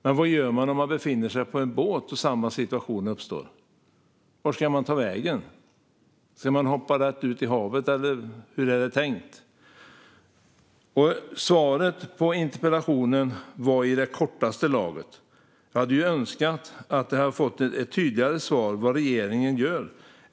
Men vad gör man om man befinner sig på en båt och samma situation uppstår? Vart ska man ta vägen? Ska man hoppa rätt ut i havet, eller hur är det tänkt? Svaret på interpellationen var i kortaste laget. Jag hade önskat att få ett tydligare svar på vad regeringen gör.